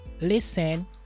listen